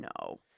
No